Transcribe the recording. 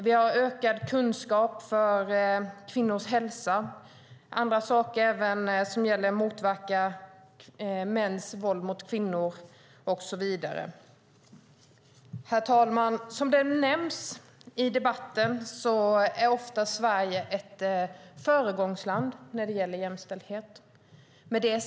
Vi ska vidare öka kunskapen om kvinnors hälsa, motverka mäns våld mot kvinnor och så vidare. Herr talman! Som nämnts i debatten är Sverige ofta ett föregångsland när det gäller jämställdhet.